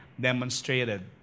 demonstrated